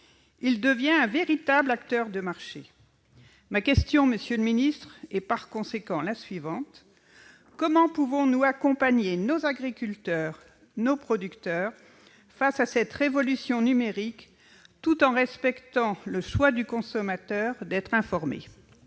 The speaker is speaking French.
Il devient un véritable acteur de marché. Ma question, monsieur le ministre, est la suivante : comment pouvons-nous accompagner nos agriculteurs et nos producteurs face à cette révolution numérique tout en respectant le choix du consommateur d'être informé ?